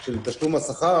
של תשלום השכר,